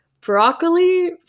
Broccoli